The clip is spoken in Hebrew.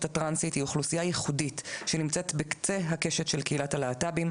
הטרנסית היא אוכלוסייה ייחודית שנמצאת בקצה הקשת של קהילת הלהט"בים,